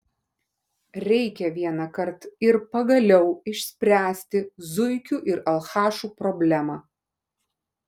reikia vienąkart ir pagaliau išspręsti zuikių ir alchašų problemą